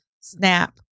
snap